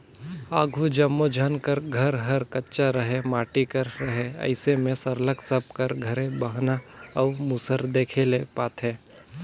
आघु जम्मो झन कर घर हर कच्चा रहें माटी कर रहे अइसे में सरलग सब कर घरे बहना अउ मूसर देखे ले पाते